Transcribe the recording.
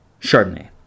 Chardonnay